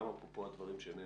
גם אפרופו הדברים שנאמרו,